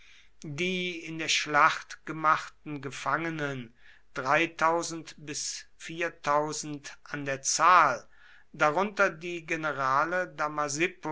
die in der schlacht gemachten gefangenen bis an der zahl darunter die generale